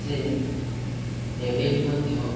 ସେ ଏବେ ବି ମଧ୍ୟ